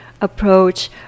approach